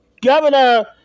Governor